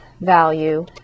value